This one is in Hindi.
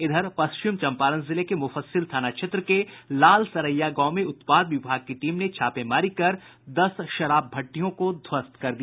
इधर पश्चिम चंपारण जिले के मुफस्सिल थाना क्षेत्र के लालसरैया गांव में उत्पाद विभाग की टीम ने छापेमारी कर दस शराब भट्ठियों को ध्वस्त कर दिया